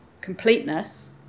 completeness